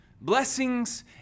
blessings